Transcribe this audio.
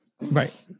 Right